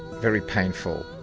very painful,